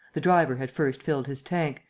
the driver had first filled his tank,